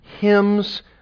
hymns